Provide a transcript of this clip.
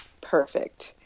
perfect